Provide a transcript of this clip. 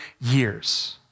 years